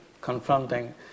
confronting